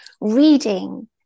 reading